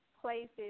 Places